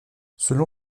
selon